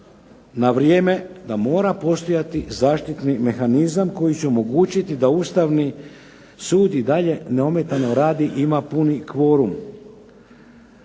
na vrijeme da mora postojati zaštitni mehanizam koji će omogućiti da Ustavni sud i dalje neometano radi i ima puni kvorum